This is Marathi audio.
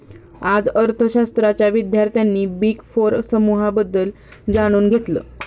आज अर्थशास्त्राच्या विद्यार्थ्यांनी बिग फोर समूहाबद्दल जाणून घेतलं